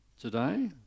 today